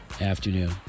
afternoon